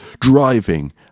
driving